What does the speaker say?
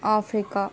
Africa